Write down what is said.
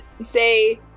say